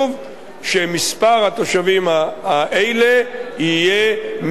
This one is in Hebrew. שמספר התושבים האלה יהיה מזערי,